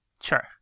Sure